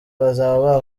bazaba